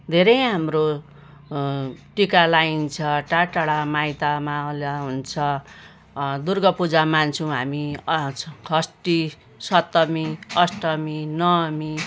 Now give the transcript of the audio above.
धेरै हाम्रो टिका लगाइन्छ टाढाटाढा माइत मावल हुन्छ दुर्गापूजा मान्छौँ हामी खस्टि सप्तमी अष्टमी नवमी